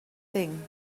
thing